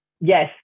Yes